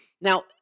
Now